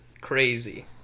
Crazy